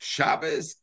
Shabbos